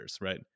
right